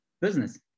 business